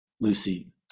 Lucy